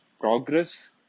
progress